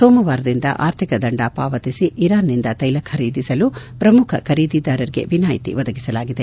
ಸೋಮವಾರದಿಂದ ಆರ್ಥಿಕ ದಂಡ ಪಾವತಿಸಿ ಇರಾನ್ನಿಂದ ತೈಲ ಖರೀದಿಸಲು ಶ್ರಮುಖ ಖರೀದಿದಾರರಿಗೆ ವಿನಾಯಿತಿ ಒದಗಿಸಲಾಗಿದೆ